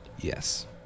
Yes